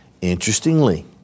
Interestingly